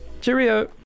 Cheerio